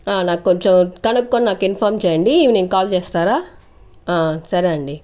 ఆ నాకొంచెం కనుక్కొని నాకు ఇన్ఫామ్ చేయండి ఈవినింగ్ కాల్ చేస్తారా ఆ సరే అండి